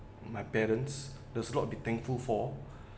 my parents the slot they thankful for